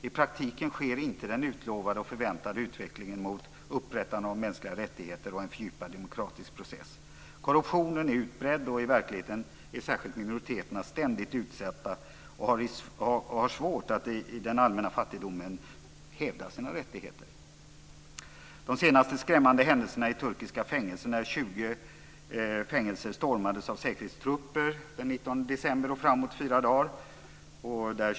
I praktiken sker inte den utlovade och förväntade utvecklingen mot upprättande av mänskliga rättigheter och en fördjupad demokratisk process. Korruptionen är utbredd, och i verkligheten är särskilt minoriteterna ständigt utsatta och har svårt att i den allmänna fattigdomen hävda sina rättigheter. De senaste skrämmande händelserna i turkiska fängelser är typiska exempel på vad som sker i Turkiet nu. 20 fängelser stormades av säkerhetstrupper den 19 december och fyra dagar framåt.